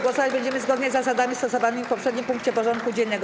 Głosować będziemy zgodnie z zasadami stosowanymi w poprzednim punkcie porządku dziennego.